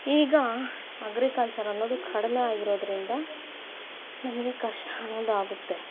ಈಗ ಅಗ್ರಿಕಲ್ಚರನ್ನೋದು ಕಡಿಮೆ ಆಗಿರೋದ್ರಿಂದ ನಮಗೆ ಕಷ್ಟ ಅನ್ನೋದಾಗುತ್ತೆ